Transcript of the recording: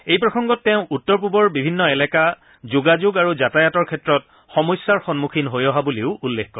এই প্ৰসঙ্গত তেওঁ উত্তৰ পূবৰ বিভিন্ন এলেকা যোগাযোগ আৰু যাতায়তৰ ক্ষেত্ৰত সমস্যাৰ সন্মুখীন হৈ অহা বুলিও উল্লেখ কৰে